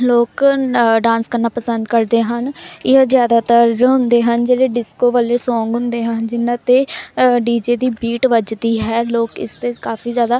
ਲੋਕ ਡਾਂਸ ਕਰਨਾ ਪਸੰਦ ਕਰਦੇ ਹਨ ਇਹ ਜ਼ਿਆਦਾਤਰ ਜੋ ਹੁੰਦੇ ਹਨ ਜਿਹੜੇ ਡਿਸਕੋ ਵਾਲੇ ਸੌਂਗ ਹੁੰਦੇ ਹਨ ਜਿਹਨਾਂ 'ਤੇ ਡੀ ਜੇ ਦੀ ਬੀਟ ਵੱਜਦੀ ਹੈ ਲੋਕ ਇਸਦੇ ਕਾਫੀ ਜ਼ਿਆਦਾ